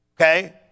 Okay